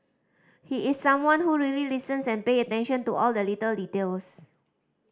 he is someone who really listens and pay attention to all the little details